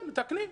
מתקנים.